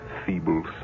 feeble